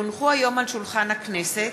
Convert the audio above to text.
כי הונחו היום על שולחן הכנסת,